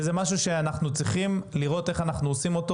זה משהו שאנחנו צריכים לראות איך אנחנו עושים אותו